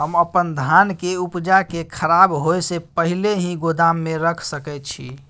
हम अपन धान के उपजा के खराब होय से पहिले ही गोदाम में रख सके छी?